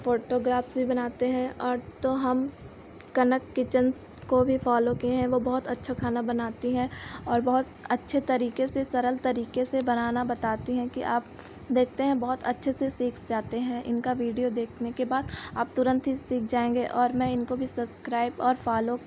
photograph से बनाते हैं और तो हम कनक किचन्स को भी फॉलो किए हैं वह बहुत अच्छा खाना बनाती हैं और बहुत अच्छे तरीके से सरल तरीके से बनाना बताती हैं कि आप देखते हैं बहुत अच्छे से सीख जाते हैं इनका वीडियो देखने के बाद आप तुरन्त ही सीख जाएँगे और मैं इनको भी सब्सक्राइब और फॉलो